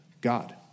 God